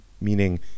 meaning